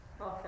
Okay